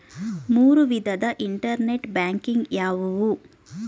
ಮೂರು ವಿಧದ internet banking ಯಾವುವು?